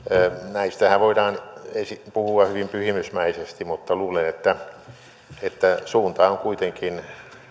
näistähän voidaan puhua hyvin pyhimysmäisesti mutta luulen että että suunta on kuitenkin